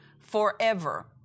forever